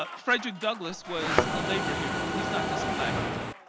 but frederick doulgass was a labor hero. he is not just a black hero.